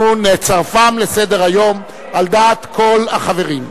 אנחנו נצרפם לסדר-היום על דעת כל החברים.